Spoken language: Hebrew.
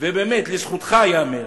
ובאמת לזכותך ייאמר